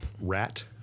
Rat